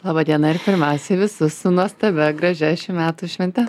laba diena ir pirmiausiai visus su nuostabia gražia šių metų švente